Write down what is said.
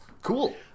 cool